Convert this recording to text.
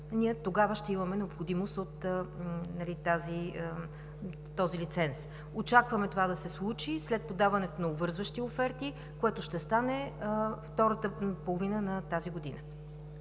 и тогава ние ще имаме необходимост от този лиценз. Очакваме това да се случи след подаването на обвързващи оферти, което ще стане през втората половина на тази година.